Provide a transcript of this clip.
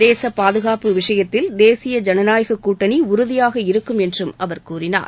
தேசப் பாதுகாப்பு விஷயத்தில் தேசிய ஜனநாயக் கூட்டணி உறுதியாக இருக்கும் என்றும் அவர் கூறினார்